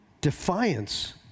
defiance